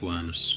anos